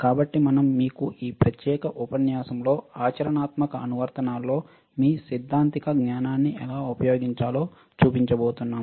కాబట్టి మనం మీకు ఈ ప్రత్యేకమైన ఉపన్యాసాలలో ఆచరణాత్మక అనువర్తనాల్లో మీ సైద్ధాంతిక జ్ఞానాన్ని ఎలా ఉపయోగించాలో చూపించబోతున్నాం